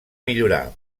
millorar